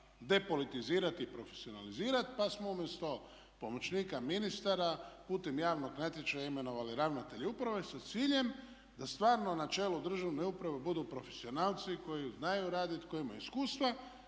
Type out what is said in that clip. depolitizirati i profesionalizirati pa smo umjesto pomoćnika ministara putem javnog natječaja imenovali ravnatelje uprave sa ciljem da stvarno na čelu državne uprave budu profesionalci koji znaju raditi, koji imaju iskustva